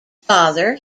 father